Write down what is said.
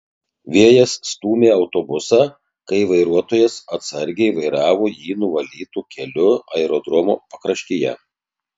vėjas stūmė autobusą kai vairuotojas atsargiai vairavo jį nuvalytu keliu aerodromo pakraštyje